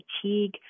fatigue